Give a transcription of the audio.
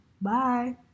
bye